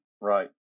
right